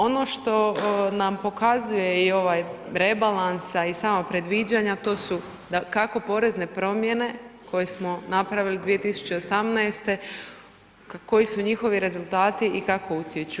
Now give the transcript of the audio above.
Ono što nam pokazuje i ovaj rebalans a i sama predviđanja to su da kako porezne promjene koje smo napravili 2018. koji su njihovi rezultati i kako utječu.